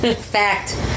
Fact